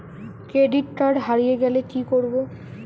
Credit card হারিয়ে গেলে কি করব?